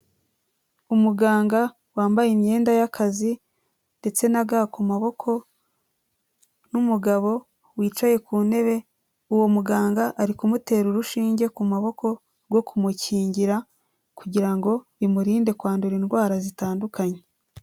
Umuganga wambaye imyenda y'akazi ndetse na ga ku maboko n'umugabo wicaye ku ntebe, uwo muganga ari kumutera urushinge ku maboko rwo kumukingira kugira ngo bimurinde kwandura indwara zitandukanye.